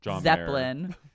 Zeppelin